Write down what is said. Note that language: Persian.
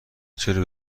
چرا